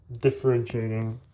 differentiating